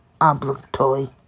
obligatory